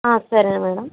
సరే మేడమ్